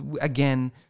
again